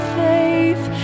faith